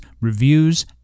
reviews